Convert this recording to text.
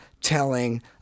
telling